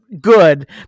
Good